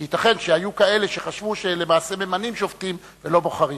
כי ייתכן שהיו כאלה שחשבו שלמעשה ממנים שופטים ולא בוחרים.